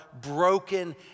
broken